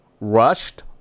rushed